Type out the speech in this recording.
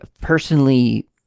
personally